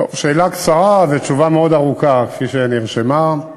שאלה קצרה ותשובה מאוד ארוכה, כפי שנרשמה.